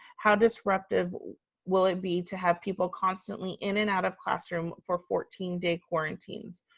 how destructive will it be to have people constantly in and out of classroom for fourteen day quarantines?